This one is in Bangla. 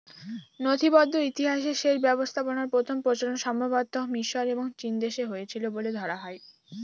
নথিবদ্ধ ইতিহাসে সেচ ব্যবস্থাপনার প্রথম প্রচলন সম্ভবতঃ মিশর এবং চীনদেশে হয়েছিল বলে ধরা হয়